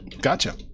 gotcha